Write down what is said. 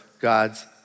God's